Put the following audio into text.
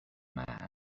man